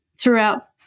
throughout